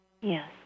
Yes